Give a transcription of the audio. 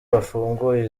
bafunguye